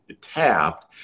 tapped